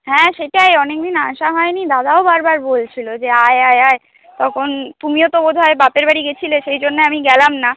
হ্যাঁ সেটাই অনেকদিন আসা হয়নি দাদাও বারবার বলছিল যে আয় আয় আয় তখন তুমিও তো বোধহয় বাপের বাড়ি গিয়েছিলে সেই জন্য আমি গেলাম না